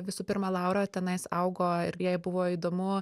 visų pirma laura tenais augo ir jai buvo įdomu